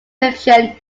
fiction